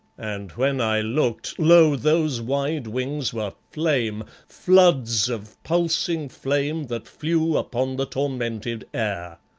and when i looked, lo! those wide wings were flame, floods of pulsing flame that flew upon the tormented air.